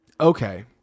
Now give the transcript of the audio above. Okay